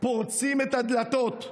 פורצים את הדלתות.